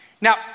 Now